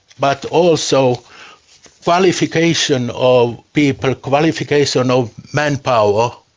but also qualification of people, qualification of manpower,